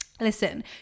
Listen